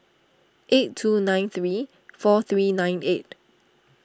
eight two nine three four three nine eight